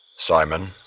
Simon